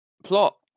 plot